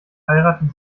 heiraten